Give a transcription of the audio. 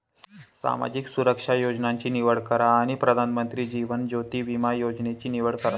सामाजिक सुरक्षा योजनांची निवड करा आणि प्रधानमंत्री जीवन ज्योति विमा योजनेची निवड करा